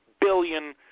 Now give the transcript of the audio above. billion